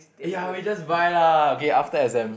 !aiya! we just buy lah okay after exam